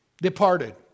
departed